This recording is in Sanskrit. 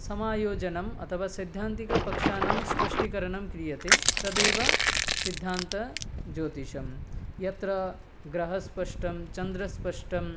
समायोजनम् अथवा सैद्धान्तिकपक्षाणां स्पष्टीकरणं क्रियते तदेव सिद्धान्तज्योतिषं यत्र ग्रहस्पष्टं चन्द्रस्पष्टं